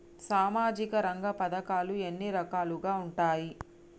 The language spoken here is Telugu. సామాజిక రంగ పథకాలు ఎన్ని రకాలుగా ఉంటాయి?